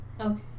Okay